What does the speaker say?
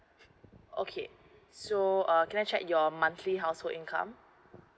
okay so uh can I check your monthly household income